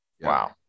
Wow